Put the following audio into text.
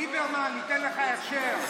לך לליברמן, ליברמן ייתן לך הכשר.